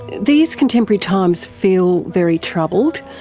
these contemporary times feel very troubled.